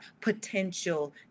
potential